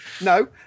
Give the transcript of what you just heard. No